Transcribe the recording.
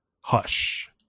Hush